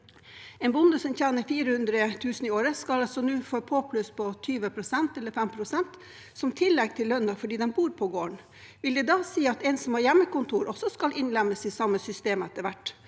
En bonde som tjener 400 000 kr i året, skal nå få påplusset 20 pst., eller 5 pst., som tillegg til lønnen fordi de bor på gården. Vil det da si at de som har hjemmekontor, også skal innlemmes i samme system etter hvert